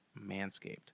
Manscaped